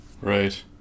right